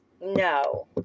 No